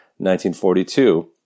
1942